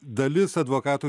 dalis advokatų